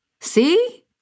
See